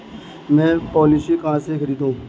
मैं पॉलिसी कहाँ से खरीदूं?